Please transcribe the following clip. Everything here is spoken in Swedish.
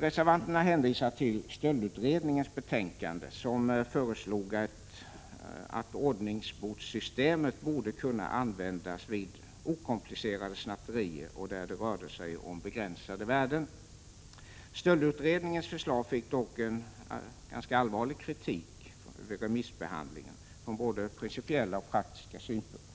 Reservanterna hänvisar till stöldutredningens betänkande, vari föreslogs att ordningsbotssystemet borde kunna användas vid okomplicerade snatterier och där det rörde sig om begränsade värden. Stöldutredningens förslag fick dock ganska allvarlig kritik vid remissbehandlingen från både principiella och praktiska synpunkter